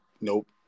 nope